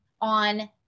on